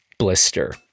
blister